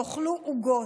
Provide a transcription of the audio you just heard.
תאכלו עוגות: